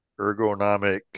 ergonomic